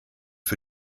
für